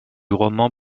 roman